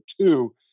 two